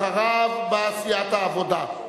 אחריו באה סיעת עבודה.